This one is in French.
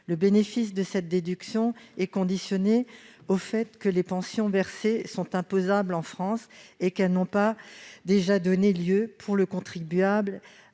Le bénéfice de cette déduction est conditionné au fait que les pensions versées sont imposables en France et qu'elles n'ont pas déjà donné lieu, pour le contribuable,